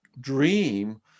dream